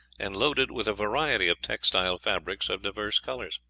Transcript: and loaded with a variety of textile fabrics of divers colors.